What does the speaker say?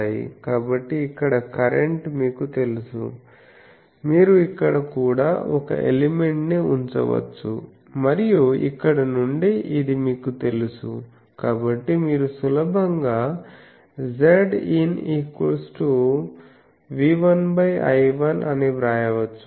కాబట్టి ఇక్కడ కరెంట్ మీకు తెలుసు మీరు ఇక్కడ కూడా ఒక ఎలిమెంట్ ని ఉంచవచ్చు మరియు ఇక్కడ నుండి ఇది మీకు తెలుసు కాబట్టి మీరు సులభంగా Zin V1I1 అని వ్రాయవచ్చు